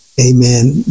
Amen